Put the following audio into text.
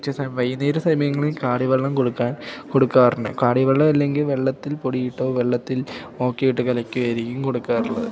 ഉച്ച സമയം വൈകുന്നേര സമയങ്ങളിൽ കാടിവെള്ളം കൊടുക്കാൻ കൊടുക്കാറുണ്ട് കാടിവെള്ളം അല്ലെങ്കില് വെള്ളത്തിൽ പൊടിയിട്ടോ വെള്ളത്തിൽ ഓക്കെയിട്ടു കലക്കിയായിരിക്കും കൊടുക്കാറുള്ളത്